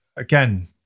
Again